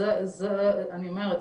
אני אומרת,